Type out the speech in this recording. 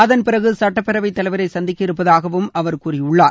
அதன் பிறகு சட்டப்பேரவைத் தலைவரை சந்திக்க இருப்பதாகவும் அவர் கூறியுள்ளார்